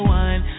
one